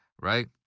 Right